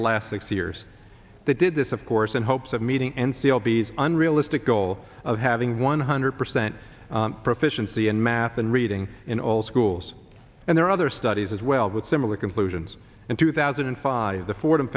the last six years they did this of course in hopes of meeting n c l b is unrealistic goal of having one hundred percent proficiency in math and reading in all schools and there are other studies as well with similar conclusions in two thousand and five the fordham